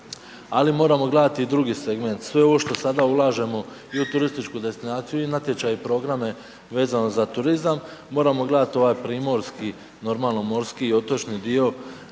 Ali moramo gledati i drugi segment. Sve ovo što sada ulažemo i u turističku destinaciju, i natječaj, i programe vezano za turizam moramo gledati ovaj primorski normalno morski i otočni dio